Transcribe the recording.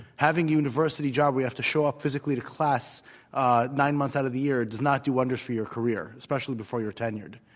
having a university job, we have to show up physically to class ah nine months out of the year, does not do wonders for your career, especially before you're tenured,